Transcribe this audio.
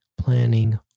planning